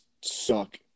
suck